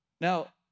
Now